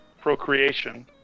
procreation